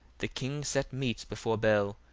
the king set meats before bel.